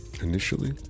initially